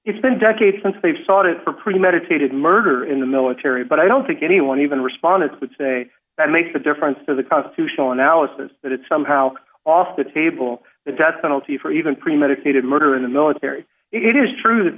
it's been decades since they've sought it for premeditated murder in the military but i don't think anyone even responded would say that makes a difference to the constitutional analysis that it's somehow off the table the death penalty for even premeditated murder in the military it is true that